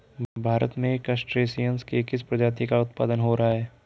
भारत में क्रस्टेशियंस के किस प्रजाति का उत्पादन हो रहा है?